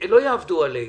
עלינו,